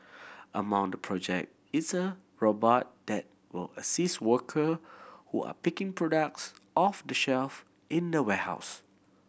among the project is a robot that will assist worker who are picking products off the shelf in warehouse